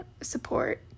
support